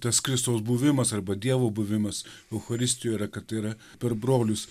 tas kristaus buvimas arba dievo buvimas eucharistijoj yra kad yra per brolius